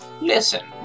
Listen